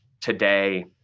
today